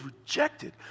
rejected